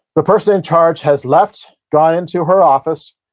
the person in charge has left, gone into her office,